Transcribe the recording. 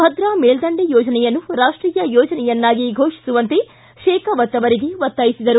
ಭದ್ರಾ ಮೇಲ್ದಂಡೆ ಯೋಜನೆಯನ್ನು ರಾಷ್ವೀಯ ಯೋಜನೆಯನ್ನಾಗಿ ಘೋಷಿಸುವಂತೆ ಶೇಖಾವತ್ ಅವರಿಗೆ ಒತ್ತಾಯಿಸಿದರು